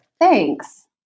Thanks